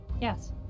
yes